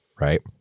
right